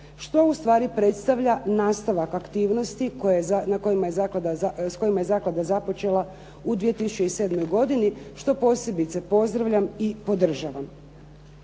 što ustvari predstavlja nastavak aktivnosti s kojima je zaklada započela u 2007. godini što posebice pozdravljam i podržavam.